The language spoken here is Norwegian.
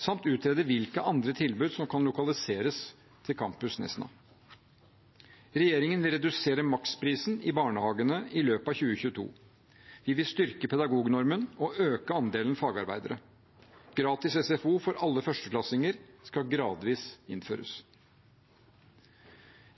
samt utrede hvilke andre tilbud som kan lokaliseres til Campus Nesna. Regjeringen vil redusere maksprisen i barnehagene i løpet av 2022. Vi vil styrke pedagognormen og øke andelen fagarbeidere. Gratis SFO for alle førsteklassinger skal gradvis innføres.